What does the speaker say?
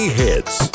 hits